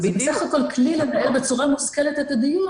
זה בסך הכל כלי לנהל בצורה מושכלת את הדיון,